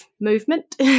movement